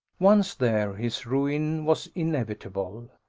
once there, his ruin was inevitable.